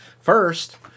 First